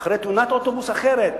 אחרי תאונת אוטובוס אחרת,